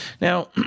Now